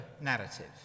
narrative